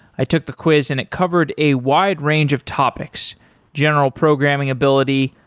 i took the quiz and it covered a wide range of topics general programming ability,